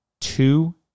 two